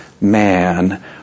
man